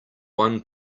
one